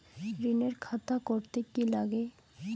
ঋণের খাতা করতে কি লাগে?